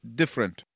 different